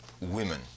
women